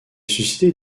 suscité